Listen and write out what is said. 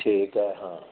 ਠੀਕ ਹੈ ਹਾਂ